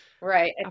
Right